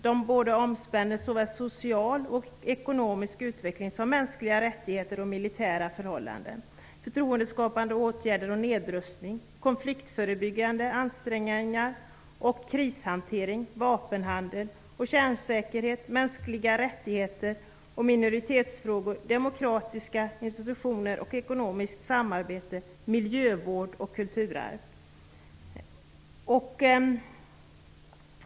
Det omspänner social och ekonomisk utveckling, mänskliga rättigheter och militära förhållanden, förtroendeskapande åtgärder och nedrustning, konfliktförebyggande ansträngningar och krishantering, vapenhandel, kärnsäkerhet, minoritetsfrågor, demokratiska institutioner, ekonomiskt samarbete, miljövård och kulturarv.